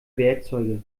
werkzeuge